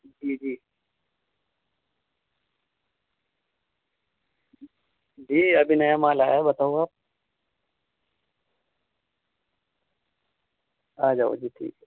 جی جی جی ابھی نیا مال آیا بتاؤ آپ آ جاؤ جی ٹھیک ہے